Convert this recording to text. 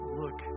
look